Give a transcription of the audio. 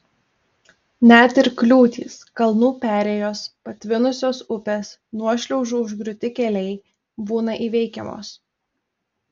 net ir kliūtys kalnų perėjos patvinusios upės nuošliaužų užgriūti keliai būna įveikiamos